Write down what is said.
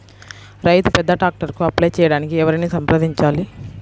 రైతు పెద్ద ట్రాక్టర్కు అప్లై చేయడానికి ఎవరిని సంప్రదించాలి?